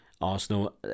Arsenal